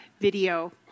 video